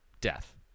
death